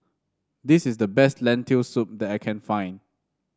this is the best Lentil Soup that I can find